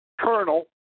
Colonel